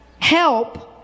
Help